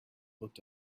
looked